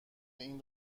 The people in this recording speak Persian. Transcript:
این